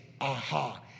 aha